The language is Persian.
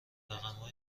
رقمها